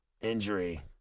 injury